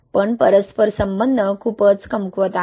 पण परस्परसंबंध खूपच कमकुवत आहे